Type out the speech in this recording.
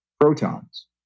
protons